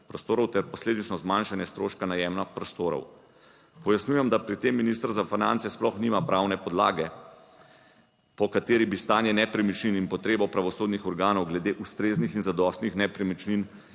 ter posledično zmanjšanje stroška najema prostorov. Pojasnjujem, da pri tem minister za finance sploh nima pravne podlage po kateri bi stanje nepremičnin in potrebo pravosodnih organov glede ustreznih in zadostnih nepremičnin